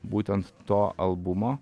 būtent to albumo